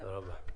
תודה רבה,